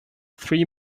three